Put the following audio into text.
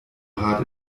hart